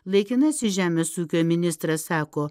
laikinasis žemės ūkio ministras sako